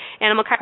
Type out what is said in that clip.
animal